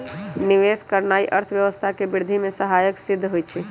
निवेश करनाइ अर्थव्यवस्था के वृद्धि में सहायक सिद्ध होइ छइ